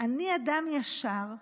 אני אדם ישר,